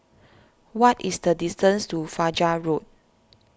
what is the distance to Fajar Road